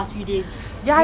okay okay